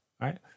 Right